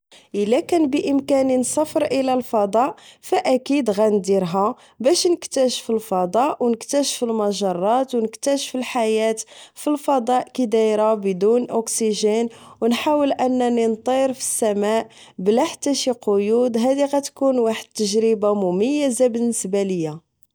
إلى كان بإمكاني نسافر الفضاء فأكيد غنديرها باش نكتاشف الفضاء أو نكتاشف المجرات أو نكتاشف الحياة فالفضاء كيديرة بدون أوكسيجين أو نحاول أنني نطير فالسماء بلى حتى شي قيود هادي غتكون واحد التجربة مميزة بالنسبة ليا